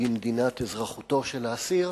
במדינת אזרחותו של האסיר,